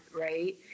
right